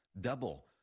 Double